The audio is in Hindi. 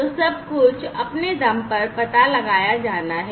तो सब कुछ अपने दम पर पता लगाया जाना है